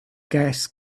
gas